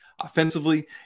offensively